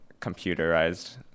computerized